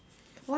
why